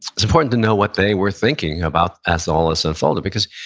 it's important to know what they were thinking about as all this unfolded, because